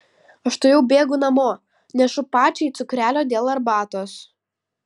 aš tuojau bėgu namo nešu pačiai cukrelio dėl arbatos